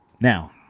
now